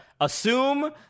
assume